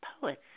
poets